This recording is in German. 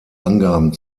angaben